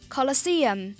Colosseum